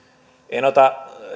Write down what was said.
en ota